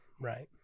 right